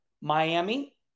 Miami